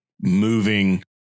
moving